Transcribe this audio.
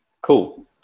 cool